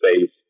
space